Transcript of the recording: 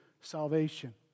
salvation